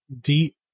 deep